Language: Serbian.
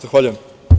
Zahvaljujem.